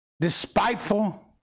despiteful